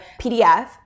PDF